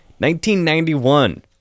1991